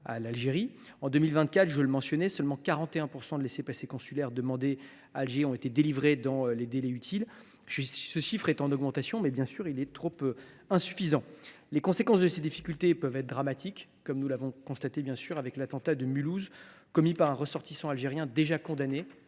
En 2024, je le mentionnais, 41 % seulement des laissez passer consulaires demandés à Alger ont été délivrés dans les délais utiles. Ce chiffre, bien qu’en augmentation, reste bien sûr insuffisant. Les conséquences de ces difficultés peuvent être dramatiques, comme nous l’avons constaté avec l’attentat de Mulhouse, commis par un ressortissant algérien déjà condamné,